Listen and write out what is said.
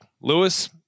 Lewis